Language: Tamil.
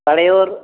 படையூர்